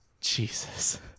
Jesus